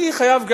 אני גם חייב,